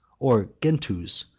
or gentoos,